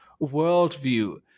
worldview